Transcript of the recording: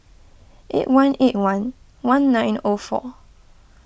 eight one eight one one nine O four